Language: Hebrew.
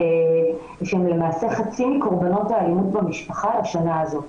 שהן למעשה חצי מקורבנות האלימות במשפחה השנה הזאת.